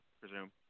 presume